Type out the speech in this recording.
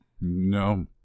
no